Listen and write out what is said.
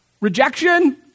Rejection